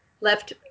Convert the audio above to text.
left